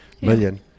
million